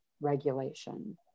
regulation